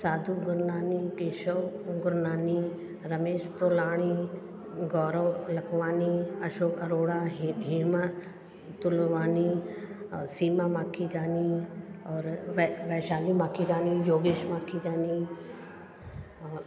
साधू गुरनानी केशव गुरनानी रमेश तोलाणी गौरव लखमानी अशोक अरोड़ा हे हेमा तुलवानी और सीमा माखीजानी और वे वैशाली माखीजानी योगेश माखीजानी